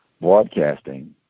broadcasting